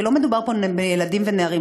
כי לא מדובר פה בילדים ונערים,